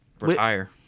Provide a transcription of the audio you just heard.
Retire